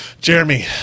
Jeremy